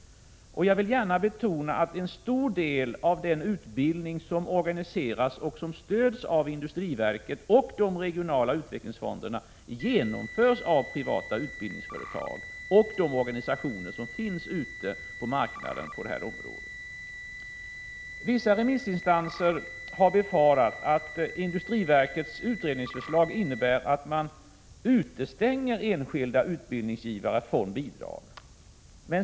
1986/87:67 betona att en stor del av den utbildning som organiseras och stöds av 9 februari 1987 industriverket och de regionala utvecklingsfonderna genomförs av privata utbildningsföretag och de organisationer på det här området som finns ute på marknaden. Vissa remissinstanser har befarat att industriverkets utredningsförslag innebär att man utestänger enskilda utbildningsgivare från bidrag.